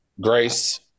grace